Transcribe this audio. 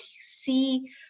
see